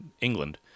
england